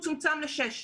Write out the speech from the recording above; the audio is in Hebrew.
הוא צומצם לשש.